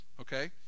okay